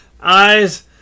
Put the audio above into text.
eyes